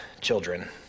children